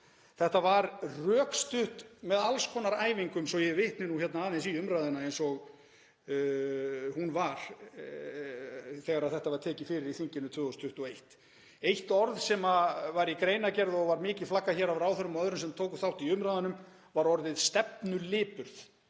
Þetta var rökstutt með alls konar æfingum, svo ég vitni aðeins í umræðuna eins og hún var þegar þetta var tekið fyrir í þinginu 2021. Eitt orð sem var í greinargerð og var mikið flaggað hér af ráðherrum og öðrum sem tóku þátt í umræðunum var orðið stefnulipurð.